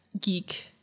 geek